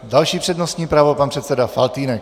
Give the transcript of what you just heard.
Další přednostní právo, pan předseda Faltýnek.